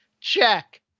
check